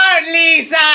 Lisa